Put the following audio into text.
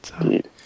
indeed